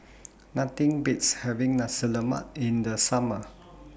Nothing Beats having Nasi Lemak in The Summer